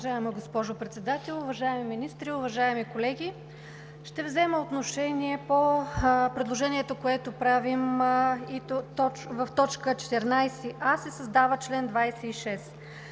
Уважаема госпожо Председател, уважаеми министри, уважаеми колеги! Ще взема отношение по предложението, което правим. В т. 14а се създава чл. 26,